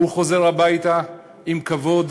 הוא חוזר הביתה עם כבוד,